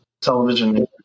television